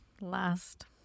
last